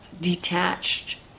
detached